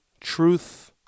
truth